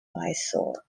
mysore